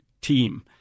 Team